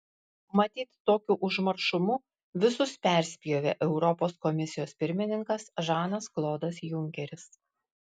matyt tokiu užmaršumu visus perspjovė europos komisijos pirmininkas žanas klodas junkeris